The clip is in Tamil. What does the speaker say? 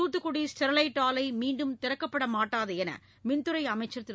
தூத்துக்குடி ஸ்டெர்லைட் ஆலை மீண்டும் திறக்கப்படமாட்டாது என மின்துறை அமைச்சர் திரு